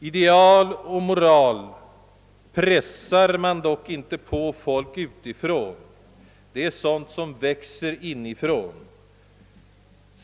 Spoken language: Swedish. Ideal och moral pressar man dock inte på folk utifrån; det är sådant som växer inifrån.